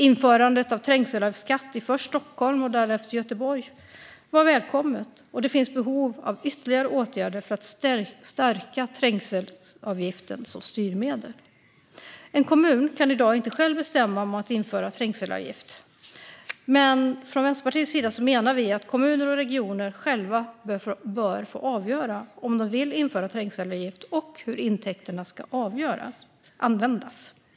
Införandet av trängselskatt i först Stockholm och därefter Göteborg var välkommet, och det finns behov av ytterligare åtgärder för att stärka trängselavgiften som styrmedel. En kommun kan i dag inte själv bestämma att man ska införa en trängselavgift. Vänsterpartiet menar att kommuner och regioner själva bör få avgöra om de vill införa trängselavgift och hur intäkterna ska användas.